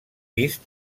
vist